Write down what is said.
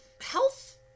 health